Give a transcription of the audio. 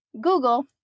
Google